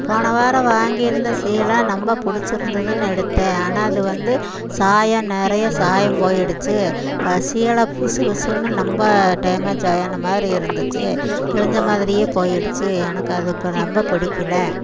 போன வாரம் வாங்கியிருந்த சீலை ரொம்ப பிடிச்சி இருந்துதுன்னு எடுத்தேன் ஆனால் அது வந்து சாயம் நிறைய சாயம் போய்டுச்சு சீலை புசு புசுன்னு ரொம்ப டேமேஜாக ஆனா மாதிரி இருந்துச்சு கிழிஞ்ச மாதிரியே போய்டுச்சு எனக்கு அது இப்போ ரொம்ப பிடிக்கில